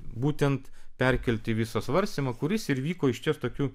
būtent perkelti visą svarstymą kuris ir vyko išties tokiu